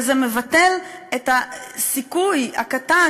וזה מבטל את הסיכוי הקטן,